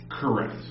Correct